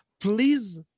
Please